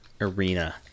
Arena